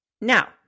Now